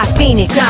Phoenix